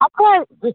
আচ্ছা